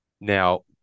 now